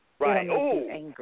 Right